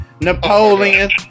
Napoleon